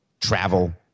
travel